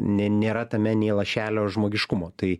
ne nėra tame nė lašelio žmogiškumo tai